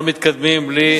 שאתם לא מתקדמים בלי,